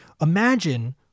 imagine